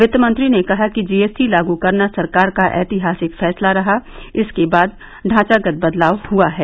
वित्त मंत्री ने कहा कि जीएसटी लागू करना सरकार का ऐतिहासिक फैसला रहा इसके बाद ढांचागत बदलाव हुआ है